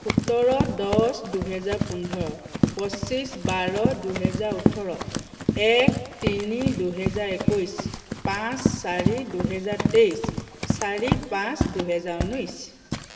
সোতৰ দহ দুহেজাৰ পোন্ধৰ পঁচিছ বাৰ দুহেজাৰ ওঁঠৰ এক তিনি দুহেজাৰ একৈছ পাঁচ চাৰি দুহেজাৰ তেইছ চাৰি পাঁচ দুহেজাৰ ঊনৈছ